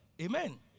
Amen